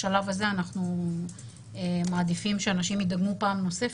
בשלב הזה אנחנו מעדיפים שאנשים יידגמו פעם נוספת.